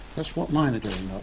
that's what mine are doing.